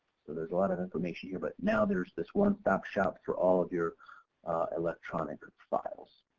so there's a lot of information here, but now there's this one stop shop for all of your electronic files.